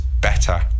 better